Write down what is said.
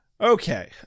Okay